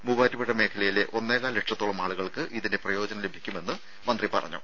മൂവാറ്റുപുഴ മേഖലയിലെ ഒന്നേകാൽ ലക്ഷത്തോളം ആളുകൾക്ക് ഇതിന്റെ പ്രയോജനം ലഭിക്കുമെന്നും മന്ത്രി പറഞ്ഞു